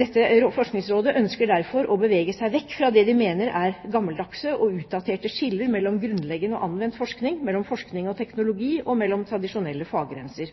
Dette forskningsrådet ønsker derfor å bevege seg vekk fra det de mener er gammeldagse og utdaterte skiller mellom grunnleggende og anvendt forskning, mellom forskning og teknologi og mellom tradisjonelle faggrenser.